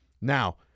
Now